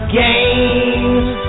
games